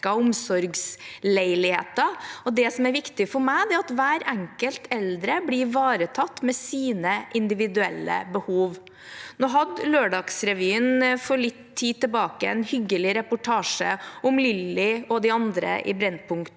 Det som er viktig for meg, er at alle eldre blir ivaretatt med sine individuelle behov. Nå hadde Lørdagsrevyen for litt tid tilbake en hyggelig reportasje om Lilly og de andre i